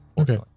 Okay